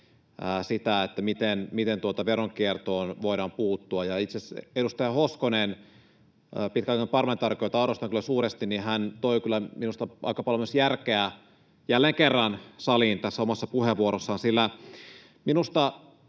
sitä, miten veronkiertoon voidaan puuttua. Itse asiassa edustaja Hoskonen, pitkäaikainen parlamentaarikko, jota arvostan kyllä suuresti, toi kyllä minusta aika paljon myös järkeä jälleen kerran saliin tässä omassa puheenvuorossaan, sillä minusta,